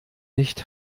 nicht